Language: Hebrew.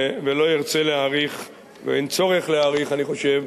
ולא ארצה להאריך, ואין צורך להאריך, אני חושב,